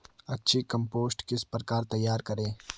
अच्छी कम्पोस्ट किस प्रकार तैयार करें?